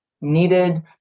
needed